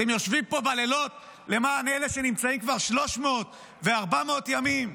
אתם יושבים פה בלילות למען אלה שנמצאים כבר 300 ו-400 ימים?